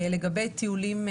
לגבי טיולים,